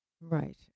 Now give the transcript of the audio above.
right